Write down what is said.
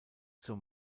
zur